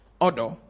odor